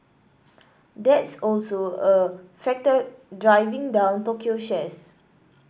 that's also a factor driving down Tokyo shares